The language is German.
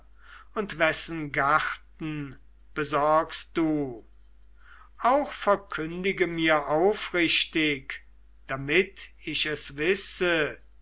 und wessen garten besorgst du auch verkündige mir aufrichtig damit ich es wisse